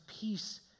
peace